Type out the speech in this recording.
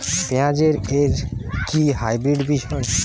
পেঁয়াজ এর কি হাইব্রিড বীজ হয়?